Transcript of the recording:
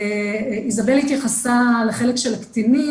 איזבל התייחסה לחלק של הקטינים.